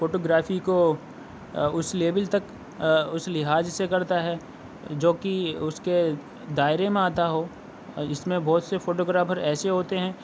photo گرافی کو اُس لیول تک اُس لحاظ سے کرتا ہے جو کہ اُس کے دائرے میں آتا ہو اِس میں بہت سے فوٹو گرافر ایسے ہوتے ہیں